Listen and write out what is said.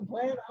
plan